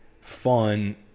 fun